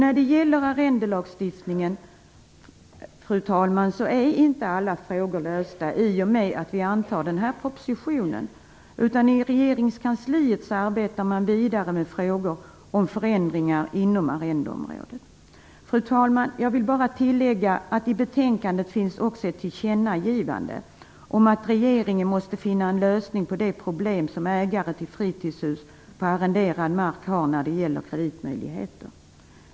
Alla frågor rörande arrendelagstiftningen är inte lösta i och med att vi antar denna proposition, utan i regeringskansliet arbetar man vidare med frågor om förändringar inom arrendeområdet. Fru talman! Jag vill bara tillägga att det i betänkandet också finns ett tillkännagivande om att regeringen måste finna en lösning på det problem som ägare till fritidshus på arrenderad mark har när det gäller kreditmöjligheter.